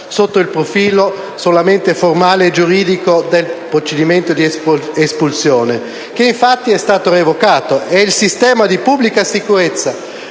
Grazie